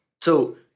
So-